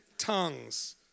tongues